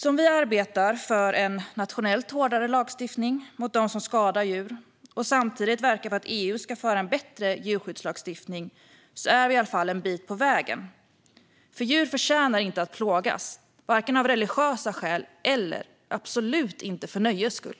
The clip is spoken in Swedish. Om vi arbetar för en nationellt hårdare lagstiftning mot dem som skadar djur och samtidigt verkar för att EU ska få en bättre djurskyddslagstiftning är vi i alla fall en bit på vägen, för djur förtjänar inte att plågas, inte av religiösa skäl och absolut inte för nöjes skull.